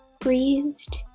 breathed